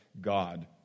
God